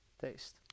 taste